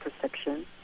perception